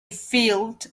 filled